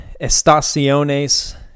Estaciones